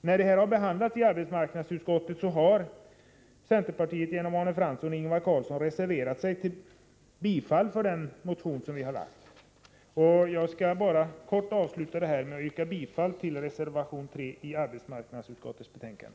När frågan behandlades i arbetsmarknadsutskottet reserverade sig centerpartiet genom Arne Fransson och Ingvar Karlsson i Bengtsfors till förmån för vår motion. Jag vill avsluta mitt inlägg med att yrka bifall till reservation 3 i arbetsmarknadsutskottets betänkande.